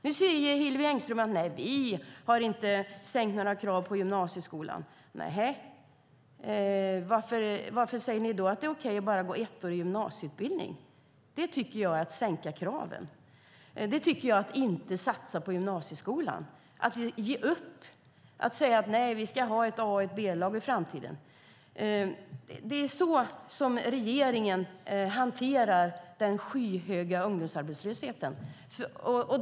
Nu säger Hillevi Engström att man inte har sänkt några krav på gymnasieskolan. Men varför säger ni då att det är okej att bara gå en ettårig gymnasieutbildning? Det tycker jag är att sänka kraven. Det tycker jag är att inte satsa på gymnasieskolan och att ge upp och säga att vi ska ha ett A och ett B-lag i framtiden. Det är så regeringen hanterar den skyhöga ungdomsarbetslösheten.